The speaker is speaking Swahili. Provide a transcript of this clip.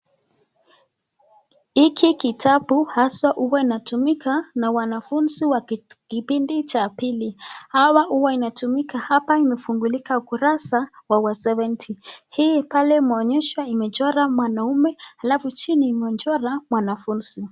Hiki kitabu haswa huwa inatumika na wanafunzi wa kipindi cha pili. Hawa huwa inatumika hapa imefungulika ukurasa wa seventy . Hii pale mwonyesho imechora mwanaume alafu chini imechora mwanafunzi.